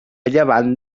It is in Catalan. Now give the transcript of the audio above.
llevant